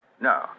No